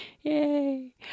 Yay